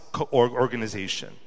organization